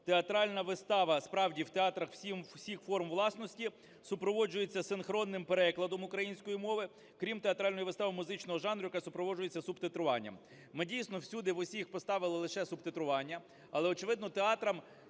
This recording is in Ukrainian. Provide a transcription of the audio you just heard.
театральна вистава, справді, в театрах всіх форм власності супроводжується синхронним перекладом української мови, крім театральної вистави музичного жанру, яка супроводжується субтитруванням. Ми дійсно всюди в усіх поставили лише субтитрування, але очевидно театрам